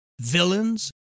villains